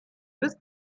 bis